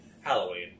Halloween